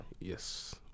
Yes